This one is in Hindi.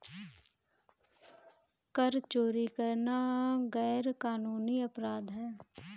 कर चोरी करना गैरकानूनी अपराध है